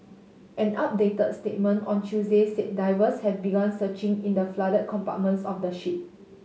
an updated statement on Tuesday said divers have begun searching in the flooded compartments of the ship